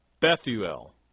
Bethuel